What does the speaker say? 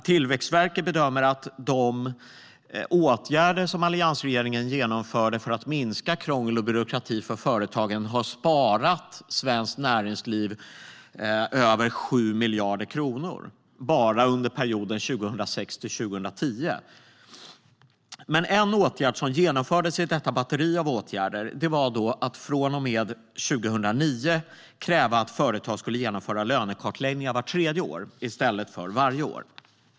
Tillväxtverket bedömer att de åtgärder som alliansregeringen genomförde för att minska krångel och byråkrati för företagen har sparat svenskt näringsliv över 7 miljarder kronor bara under perioden 2006-2010. En åtgärd som genomfördes i detta batteri av åtgärder var att man från och med 2009 krävde att företag skulle genomföra lönekartläggningar vart tredje år i stället för varje år.